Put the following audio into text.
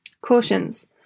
Cautions